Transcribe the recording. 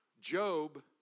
Job